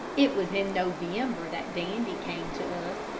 it was in november that dandy came to us,